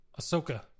Ahsoka